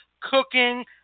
cooking